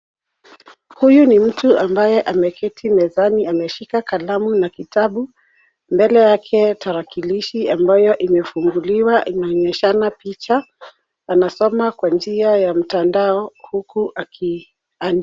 Huyu ni mtu ambaye ameketi mezani ameshika kalamu na kitabu. Mbele yake tarakilishi ambayo imefunguliwa inaonyeshana picha. Anasoma kwa njia ya mtandao huku akiandika.